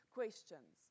questions